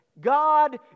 God